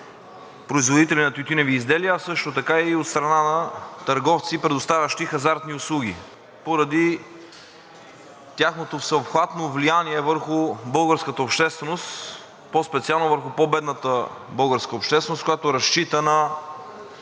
производителя на тютюневи изделия, а също така и от страна на търговци, предоставящи хазартни услуги поради тяхното всеобхватно влияние върху българската общественост, по-специално върху по-бедната българска общественост, която разчита на